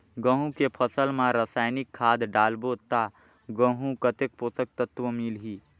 गंहू के फसल मा रसायनिक खाद डालबो ता गंहू कतेक पोषक तत्व मिलही?